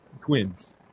twins